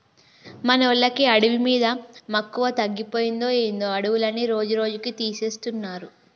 మనోళ్ళకి అడవి మీద మక్కువ తగ్గిపోయిందో ఏందో అడవులన్నీ రోజురోజుకీ తీసేస్తున్నారు